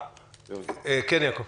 כן יעקב.